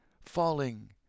falling